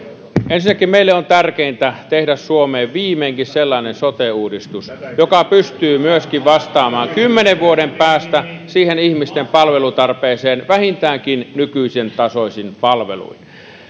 ensinnäkin meille on tärkeintä tehdä suomeen viimeinkin sellainen sote uudistus joka pystyy vastaamaan myöskin kymmenen vuoden päästä ihmisten palvelutarpeeseen vähintäänkin nykyisen tasoisin palveluin